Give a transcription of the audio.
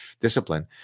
discipline